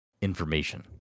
information